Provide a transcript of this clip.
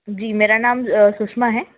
जी मेरा नाम सुषमा है